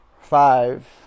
Five